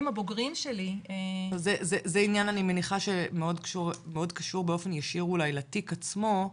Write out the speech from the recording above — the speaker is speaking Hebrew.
זה עניין אני מניחה שקשור באופן ישיר לתיק עצמו,